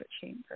Chamber